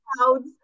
clouds